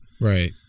Right